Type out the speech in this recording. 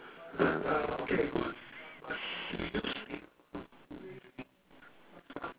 uh